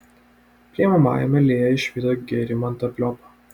priimamajame lėja išvydo gerimantą pliopą